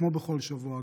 כמו בכל שבוע,